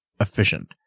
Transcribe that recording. efficient